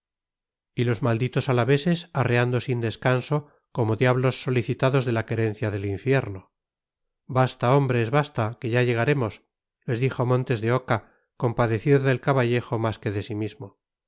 y los malditos alaveses arreando sin descanso como diablos solicitados de la querencia del infierno basta hombres basta que ya llegaremos les dijo montes de oca compadecido del caballejo más que de sí mismo